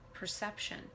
perception